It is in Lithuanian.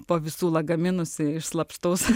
po visų lagaminus slapstausi